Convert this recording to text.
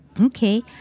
Okay